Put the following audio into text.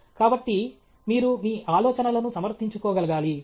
కాబట్టి మీరు మీ ఆలోచనలను సమర్థించుకోగలగాలి